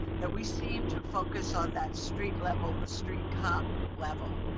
that we seem to focus on that street level, the street cop level,